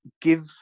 give